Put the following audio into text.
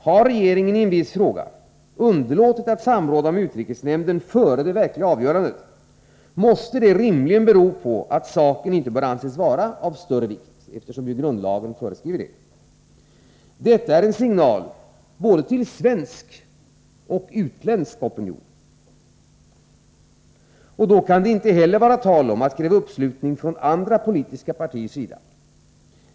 Har regeringen i en viss fråga underlåtit att samråda med utrikesnämnden före det verkliga avgörandet, måste det rimligen bero på att saken inte bör anses vara av större vikt, eftersom grundlagen annars föreskriver samråd. Detta är en signal till både svensk och utländsk opinion. Då kan det inte heller vara tal om att kräva uppslutning från andra politiska partiers sida.